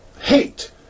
hate